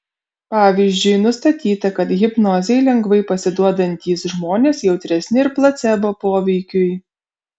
pavyzdžiui nustatyta kad hipnozei lengvai pasiduodantys žmonės jautresni ir placebo poveikiui